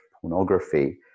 pornography